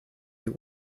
you